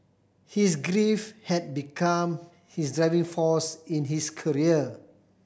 his grief had become his driving force in his career